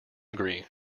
agree